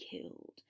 killed